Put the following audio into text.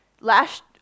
Last